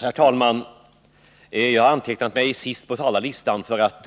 Herr talman! Jag har antecknat mig sist på talarlistan för att